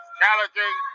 challenging